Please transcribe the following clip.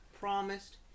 promised